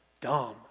Dumb